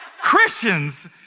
Christians